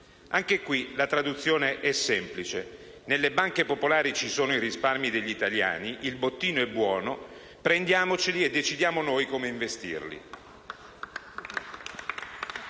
Anche qui, la traduzione è semplice: «Nelle banche popolari ci sono i risparmi degli italiani, il bottino è buono, prendiamoceli e decidiamo noi come investirli».